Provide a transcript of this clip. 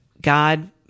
God